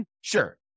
Sure